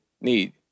need